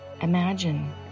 imagine